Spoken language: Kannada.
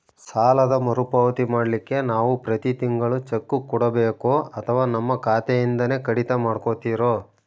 ಸಾಲದ ಮರುಪಾವತಿ ಮಾಡ್ಲಿಕ್ಕೆ ನಾವು ಪ್ರತಿ ತಿಂಗಳು ಚೆಕ್ಕು ಕೊಡಬೇಕೋ ಅಥವಾ ನಮ್ಮ ಖಾತೆಯಿಂದನೆ ಕಡಿತ ಮಾಡ್ಕೊತಿರೋ?